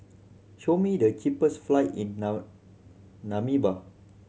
show me the cheapest flight in Namibia